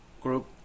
group